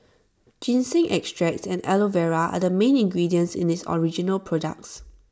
ginseng extracts and Aloe Vera are the main ingredients in its original products